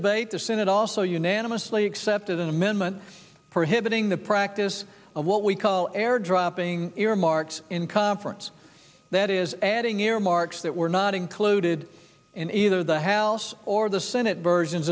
debate the senate also unanimously accepted an amendment prohibiting the practice of what we call air dropping earmarks in conference that is adding earmarks that were not included in either the house or the senate versions